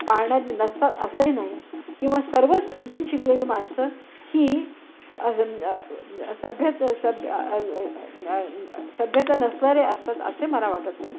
पाळणारी नसतात असंही नाही किंवा सर्वच बिन शिकलेले माणसं ही स सभ्यता सभ सभ्यता नसणारारे असतात असे मला वाटत नाही